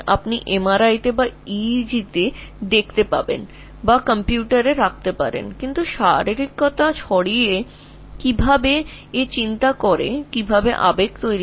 তুমি এটি MRI বা তোমার EEG তে দেখতে পাচ্ছ বা কম্পিউটারে রেখে দিতে পার তবে শারীরিকতার বাইরে কীভাবে তা ভাবা হয় কীভাবে তা আবেগ তাড়িত হয়